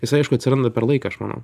jis aišku atsiranda per laiką aš manau